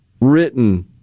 written